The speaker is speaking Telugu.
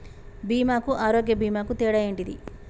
బీమా కు ఆరోగ్య బీమా కు తేడా ఏంటిది?